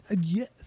Yes